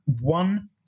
one